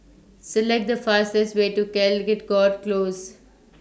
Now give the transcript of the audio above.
Select The fastest Way to Caldecott Close